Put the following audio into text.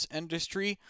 industry